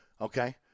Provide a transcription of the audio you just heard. okay